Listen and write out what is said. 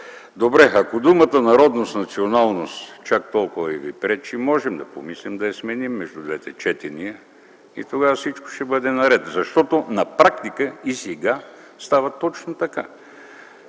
Добре, ако думата „народност”, „националност” чак толкова ви пречи, можем да помислим и да я сменим между двете четения. Тогава всичко ще бъде наред. На практика и сега става точно така.